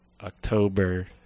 October